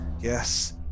Yes